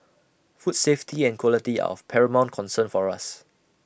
food safety and quality are of paramount concern for us